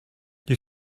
you